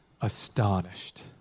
astonished